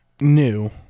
New